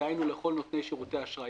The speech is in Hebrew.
דהיינו לכל נותני שירותי אשראי?